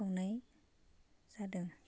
बोखावनाय जादों